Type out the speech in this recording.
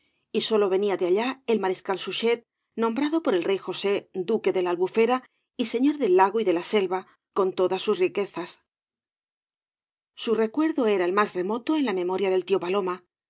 y sólo venía de allá el mariscal suchat nombrado por el rey josé duque de la albufera y señor del lago y de la selva con todas sus riquezas su recuerdo era el más remoto en la memoria del tío paloma